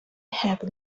have